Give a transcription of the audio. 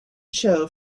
show